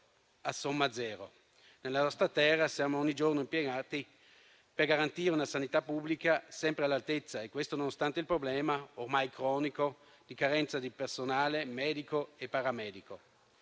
a somma zero. Nella nostra terra siamo ogni giorno impiegati per garantire una sanità pubblica sempre all'altezza e questo nonostante il problema, ormai cronico, di carenza di personale medico e paramedico.